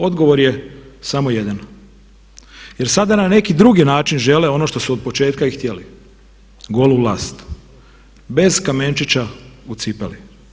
Odgovor je samo jedan, jer sada na neki drugi način žele ono što su od početka i htjeli golu vlast, bez kamenčića u cipeli.